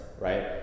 right